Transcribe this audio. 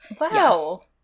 Wow